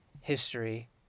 history